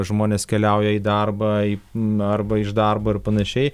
žmonės keliauja į darbą į arba iš darbo ir panašiai